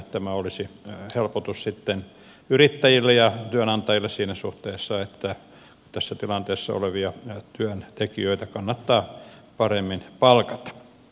tämä olisi helpotus yrittäjille ja työnantajille siinä suhteessa että tässä tilanteessa olevia työntekijöitä kannattaa paremmin palkata